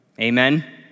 Amen